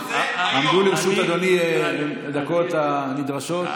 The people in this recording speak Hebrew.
עמדו לרשות אדוני הדקות הנדרשות.